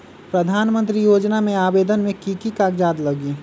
प्रधानमंत्री योजना में आवेदन मे की की कागज़ात लगी?